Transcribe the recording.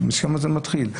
גזענות, משם זה מתחיל.